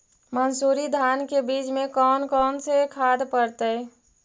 मंसूरी धान के बीज में कौन कौन से खाद पड़तै?